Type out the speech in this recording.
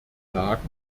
klagen